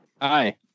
Hi